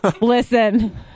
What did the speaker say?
listen